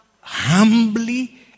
humbly